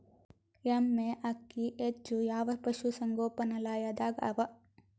ಎಮ್ಮೆ ಅಕ್ಕಿ ಹೆಚ್ಚು ಯಾವ ಪಶುಸಂಗೋಪನಾಲಯದಾಗ ಅವಾ?